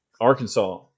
Arkansas